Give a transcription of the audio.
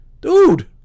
Dude